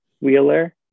Wheeler